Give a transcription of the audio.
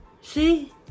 See